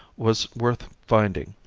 was worth finding,